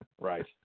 Right